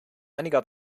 einiger